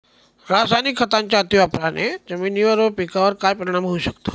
रासायनिक खतांच्या अतिवापराने जमिनीवर व पिकावर काय परिणाम होऊ शकतो?